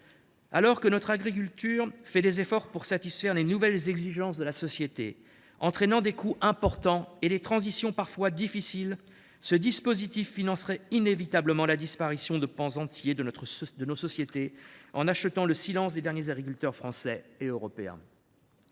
Alors que nos agriculteurs font des efforts pour satisfaire les nouvelles exigences de la société, ce qui entraîne des coûts importants et suppose des transitions parfois difficiles, ce dispositif financera inévitablement la disparition de pans entiers de nos sociétés en achetant le silence des derniers agriculteurs français et européens